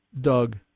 Doug